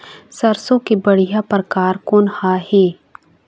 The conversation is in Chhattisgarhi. सरसों के बढ़िया परकार कोन हर ये?